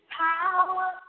power